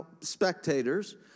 spectators